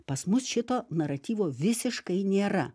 pas mus šito naratyvo visiškai nėra